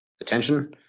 attention